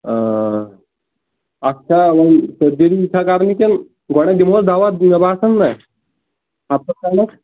اَتھ چھا وۄنۍ سرجری چھا کرٕنۍ کِنہٕ گۄڈٕ دِمٕہوس دوا مےٚ باسان نا ہَفتس کھنٛڈس